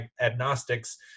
agnostics